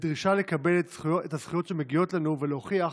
בדרישה לקבל את הזכויות שמגיעות לנו ולהוכיח